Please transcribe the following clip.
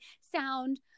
sound